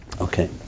Okay